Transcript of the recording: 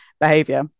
behavior